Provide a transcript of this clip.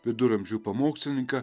viduramžių pamokslininką